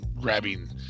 grabbing